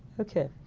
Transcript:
okay.